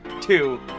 two